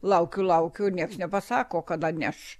laukiu laukiu ir nieks nepasako kada neš